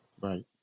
Right